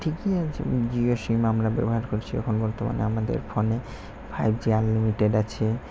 ঠিকই আছে জিও সিম আমরা ব্যবহার করছি এখন বর্তমানে আমাদের ফোনে ফাইভ জি আনলিমিটেড আছে